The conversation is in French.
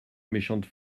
méchante